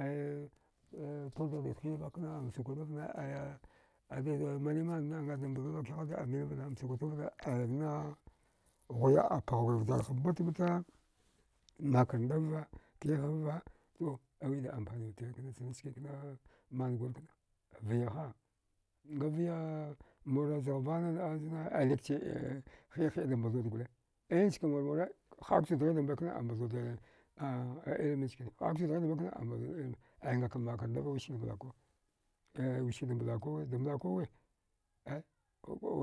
Aya aya am sokoto vana aya ada manimanna anda mbaldova kihana aminvana am sokoto vana aya na ghuya. a pghigur vjarha batbata makarndava kihava to aiwida ampanifte kanachski kna mangur kna vyaha nga vya mur zaghvana nəa ai nikche hiəa hiəada mbalduwud dole inchk murmura həak zuddghida mbakna ambaldowud ilmi nchkane, həakzud dghidamba ambaldo wud ilmi ai ngakam makarndava ai wiskida mblakuwa eh wikidamblakuwa damblakuwe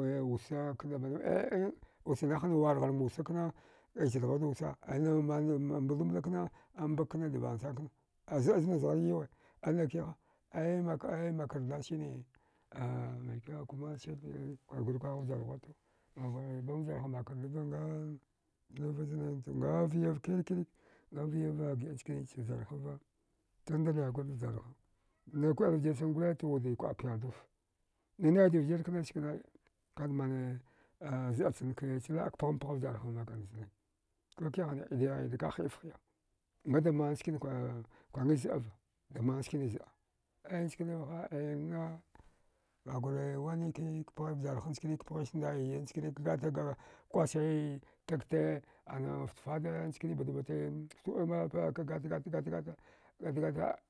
eh wusa kadamanwe e e ussa nahana wargharm wusa kna icha dghiwudda wusa ainam manil mbaldumbla kna ambag kna dvalna sankna az azna zghar ywe azna kiha ai makr ai makarnda sine aa. Maikyau kuma sirne kwargurikwargha vjarghuwa to agurbam vjarham makarndava nga zna nga vya kirkire nga vyava giəa njkne chavjarhava tunda naigurda vjarha nakəil vjirchan gole to wud pyarduva nanaida vjirkana kanmane a zəachan ke laəa ka pghampgha vjarhachan makarnda chane kukihane daka hiɗafhiəa ngadaman skina kuəangilzəava daman sikna zda aya njkine vaha aya na kagure wainik pghi vjarha chkani kpghi sandaiya chkane kagataga kwasi tagte ana fta fada nchkane batbate fte ulmapa kagatgata gatgata gatgata